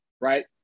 right